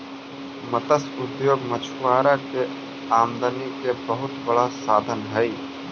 मत्स्य उद्योग मछुआरा के आमदनी के बहुत बड़ा साधन हइ